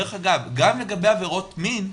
דרך אגב, גם לגבי עבירות מין,